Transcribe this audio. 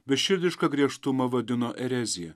beširdišką griežtumą vadino erezija